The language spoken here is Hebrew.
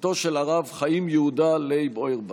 בתו של הרב חיים יהודה לייב אוירבך.